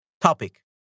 topic